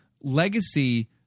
legacy